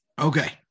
Okay